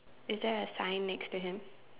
is there a sign next to him